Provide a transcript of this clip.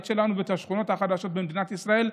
שלנו ואת השכונות החדשות במדינת ישראל,